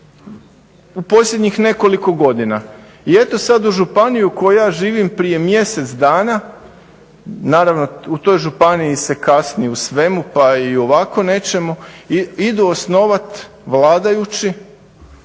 u posljednjih nekoliko godina. I eto sad u županiji u kojoj ja živim prije mjesec dana, naravno u toj županiji se kasni u svemu pa i u ovako nečemu, idu osnovat vladajući